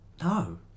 No